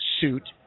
suit